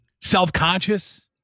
self-conscious